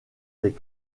des